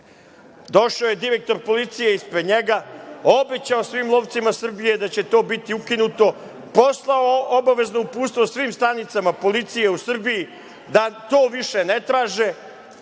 Došao je direktor Policije ispred njega, obećao svim lovcima Srbije da će to biti ukinuto, poslao obavezno uputstvo svim stanicama Policije u Srbiji da to više ne traže.